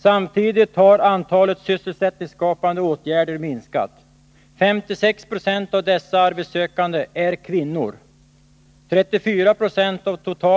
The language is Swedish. Samtidigt har antalet sysselsättningsskapande åtgärder minskat.